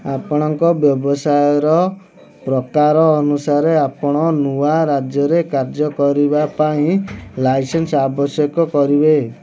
ଆପଣଙ୍କ ବ୍ୟବସାୟର ପ୍ରକାର ଅନୁସାରେ ଆପଣ ନୂଆ ରାଜ୍ୟରେ କାର୍ଯ୍ୟ କରିବାପାଇଁ ଲାଇସେନ୍ସ୍ ଆବଶ୍ୟକ କରିବେ